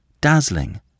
dazzling